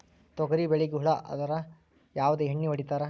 ತೊಗರಿಬೇಳಿಗಿ ಹುಳ ಆದರ ಯಾವದ ಎಣ್ಣಿ ಹೊಡಿತ್ತಾರ?